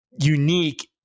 unique